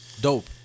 dope